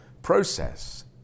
process